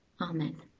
Amen